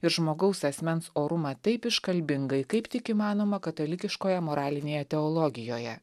ir žmogaus asmens orumą taip iškalbingai kaip tik įmanoma katalikiškoje moralinėje teologijoje